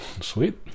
Sweet